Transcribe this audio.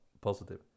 Positive